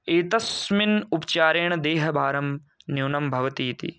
एतस्मिन् उपचारेण देहभारं न्यूनं भवतीति